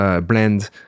blend